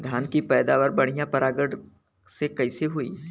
धान की पैदावार बढ़िया परागण से कईसे होई?